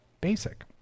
basic